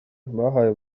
bahaye